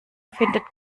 findet